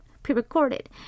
pre-recorded